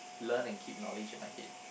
learn and keep knowledge in my head